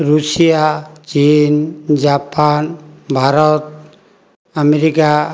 Russia ଚୀନ Japan Bharat America